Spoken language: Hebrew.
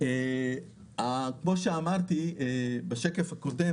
כמו שאמרתי בשקף הקודם,